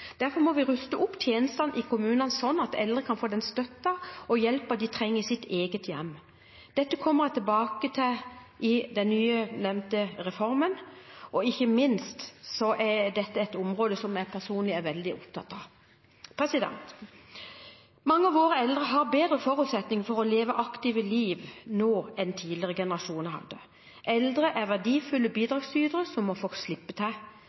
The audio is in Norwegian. Derfor må vi ruste opp tjenestene i kommunene, slik at eldre kan få den støtten og hjelpen de trenger i sitt eget hjem. Dette kommer jeg tilbake til i den nevnte nye reformen. Dette er ikke minst et område som jeg personlig er veldig opptatt av. Mange av våre eldre har bedre forutsetninger for å leve aktive liv nå enn det tidligere generasjoner hadde. Eldre er verdifulle bidragsytere som må få slippe til.